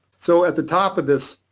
so at the top of this,